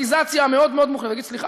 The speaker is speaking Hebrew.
המשפטיזציה המאוד-מאוד מוחלטת ויגיד: סליחה,